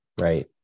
right